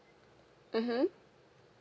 mmhmm